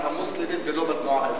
בחברה המוסלמית ולא בתנועה האסלאמית.